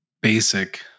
basic